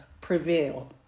prevail